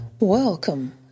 welcome